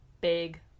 big